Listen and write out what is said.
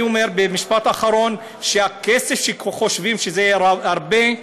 אני אומר במשפט אחרון שהכסף שחושבים שהוא הרבה,